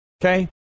Okay